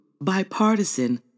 bipartisan